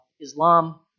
Islam